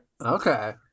Okay